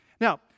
Now